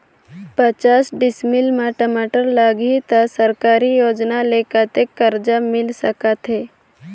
पचास डिसमिल मा टमाटर लगही त सरकारी योजना ले कतेक कर्जा मिल सकथे?